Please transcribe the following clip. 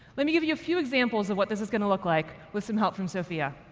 let me give you a few examples of what this is going to look like, with some help from sophia.